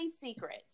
secrets